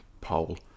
pole